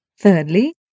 Thirdly